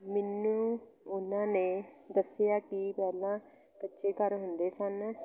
ਮੈਨੂੰ ਉਹਨਾਂ ਨੇ ਦੱਸਿਆ ਕਿ ਪਹਿਲਾਂ ਕੱਚੇ ਘਰ ਹੁੰਦੇ ਸਨ